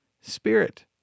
spirit